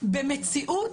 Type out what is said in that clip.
במציאות